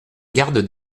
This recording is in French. garde